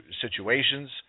situations